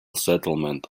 settlement